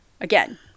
again